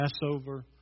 Passover